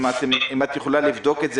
האם את יכולה לבדוק את זה?